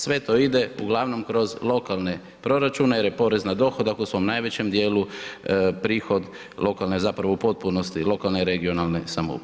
Sve to ide uglavnom kroz lokalne proračune jer je porez na dohodak u svom najvećem dijelu prihod lokalne, zapravo, u potpunosti lokalne i regionalne samouprave.